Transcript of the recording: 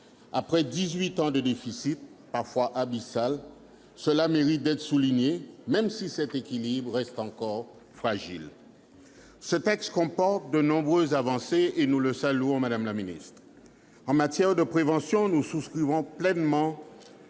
dix-huit ans de déficit, parfois abyssal ! Cela mérite d'être souligné, même si cet équilibre reste encore fragile. Le texte comporte de nombreuses avancées, que nous saluons. En matière de prévention, nous souscrivons pleinement